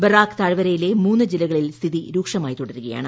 Barack താഴ്വരയിലെ മൂന്ന് ജില്ലകളിൽ സ്ഥിതി രൂക്ഷമായി തുടരുകയാണ്